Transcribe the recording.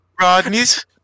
Rodney's